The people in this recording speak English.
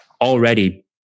already